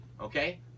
Okay